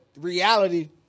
reality